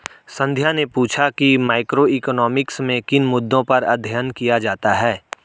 संध्या ने पूछा कि मैक्रोइकॉनॉमिक्स में किन मुद्दों पर अध्ययन किया जाता है